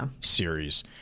series